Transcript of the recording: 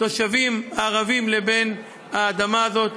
התושבים הערבים לבין האדמה הזאת.